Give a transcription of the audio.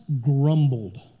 grumbled